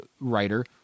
writer